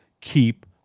keep